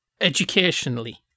educationally